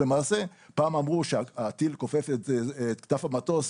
פעם אמרו שהטיל כופף את כנף המטוס,